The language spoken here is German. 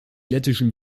lettischen